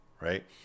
right